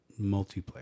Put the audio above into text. multiplayer